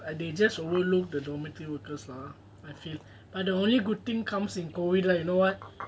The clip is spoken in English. like they just overlook the dormitory's workers lah I feel but the only good thing comes in COVID right you know what